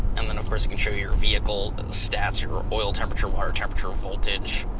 and then of course it can show you your vehicle stats, your oil temperature, water temperature, voltage,